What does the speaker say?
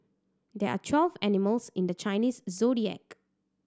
there are twelve animals in the Chinese Zodiac